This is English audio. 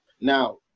Now